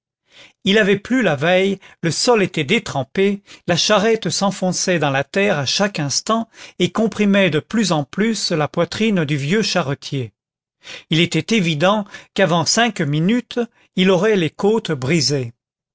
il avait plu la veille le sol était détrempé la charrette s'enfonçait dans la terre à chaque instant et comprimait de plus en plus la poitrine du vieux charretier il était évident qu'avant cinq minutes il aurait les côtes brisées